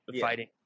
fighting